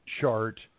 chart